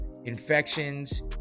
infections